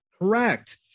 Correct